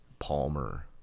Palmer